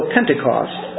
Pentecost